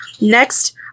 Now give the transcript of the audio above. Next